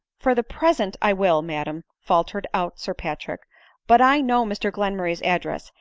for the present i will, madam, faltered out sir patrick but i know mr glenmurray's address,